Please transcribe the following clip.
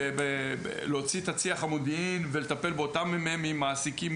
להוציא את צי"ח המודיעין ולטפל באותם מ"מים מעסיקים,